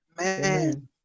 Amen